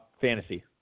Fantasy